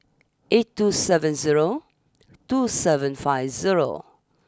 eight two seven zero two seven five zero